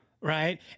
Right